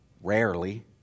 rarely